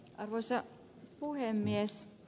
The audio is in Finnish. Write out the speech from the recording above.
arvoisa puhemies